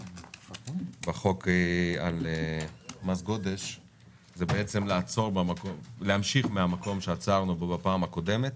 בנושא מס גודש אני רוצה היום להמשיך מן המקום שעצרנו בו בפעם הקודמת.